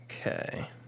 Okay